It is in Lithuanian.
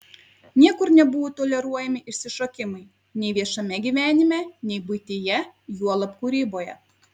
niekur nebuvo toleruojami išsišokimai nei viešame gyvenime nei buityje juolab kūryboje